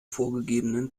vorgegebenen